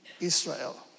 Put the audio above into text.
Israel